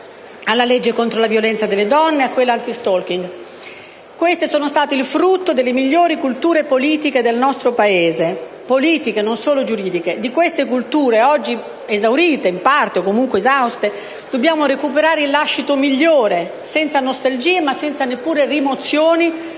alla legge contro la violenza sulle donne e a quella anti *stalking*. Queste sono state il frutto delle migliori culture politiche del nostro Paese e non solo giuridiche. Di queste culture, oggi esaurite in parte o, comunque, esauste, dobbiamo recuperare il lascito migliore, senza nostalgie, ma neppure rimozioni